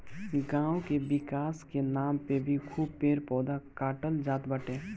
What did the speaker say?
गांव के विकास के नाम पे भी खूब पेड़ पौधा काटल जात बाटे